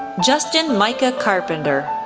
justin micah carpenter,